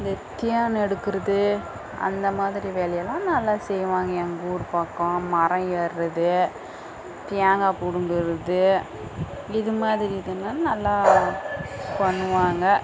இந்த தேன் எடுக்கறது அந்த மாதிரி வேலையெல்லாம் நல்லா செய்வாங்க எங்கூர் பக்கம் மரம் ஏர்றது தேங்காய் பிடுங்கறது இது மாதிரி இதுலாம் நல்லா பண்ணுவாங்க